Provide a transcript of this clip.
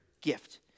gift